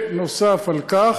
נוסף על כך,